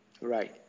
Right